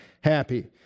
happy